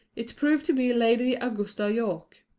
it proved to be lady augusta yorke.